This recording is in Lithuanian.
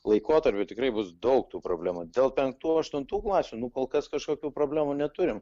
laikotarpiu tikrai bus daug tų problemų dėl penktų aštuntų klasių nu kol kas kažkokių problemų neturim